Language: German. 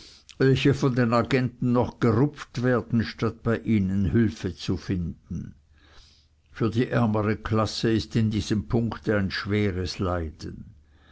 welche von den agenten noch gerupft werden statt bei ihnen hülfe zu finden für die ärmere klasse ist in diesem punkte ein schweres leiden